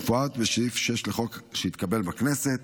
כמפורט בסעיף 6 לחוק שהתקבל בכנסת.